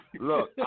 Look